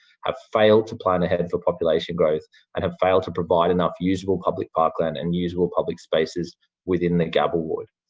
have failed to plan ahead for population growth and have failed to provide enough useable public park land and useable public spaces within the gabba ward.